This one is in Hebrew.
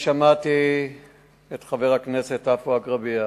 שמעתי את חבר הכנסת עפו אגבאריה,